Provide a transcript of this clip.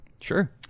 sure